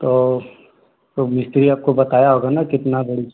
तो अब मिस्त्री आपको बताया होगा ना कितना बोरी